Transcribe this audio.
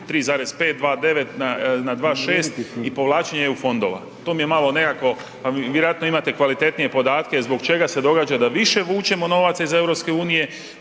3,5, 2,9 na 2,6 i povlačenje eu fondova. To mi je malo nekako, pa vjerojatno imate kvalitetnije podatke zbog čega se događa da više vučemo novaca iz EU,